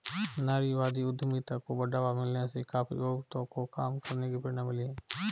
नारीवादी उद्यमिता को बढ़ावा मिलने से काफी औरतों को काम करने की प्रेरणा मिली है